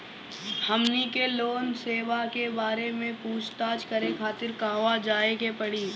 हमनी के लोन सेबा के बारे में पूछताछ करे खातिर कहवा जाए के पड़ी?